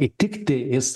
įtikti jis